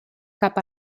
cap